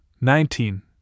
nineteen